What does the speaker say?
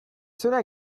cela